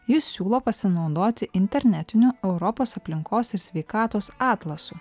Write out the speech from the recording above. jis siūlo pasinaudoti internetiniu europos aplinkos ir sveikatos atlasu